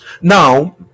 now